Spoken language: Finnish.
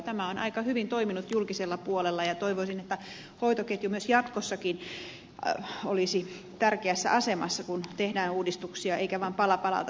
tämä on aika hyvin toiminut julkisella puolella ja toivoisin että hoitoketju jatkossakin olisi tärkeässä asemassa kun tehdään uudistuksia eikä vaan pala palalta tehdä siirtoja